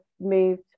moved